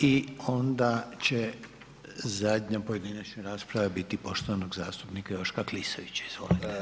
I onda će zadnja pojedinačna rasprava biti poštovanog zastupnika Joška Klisovića, izvolite.